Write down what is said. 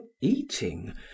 eating